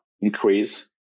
increase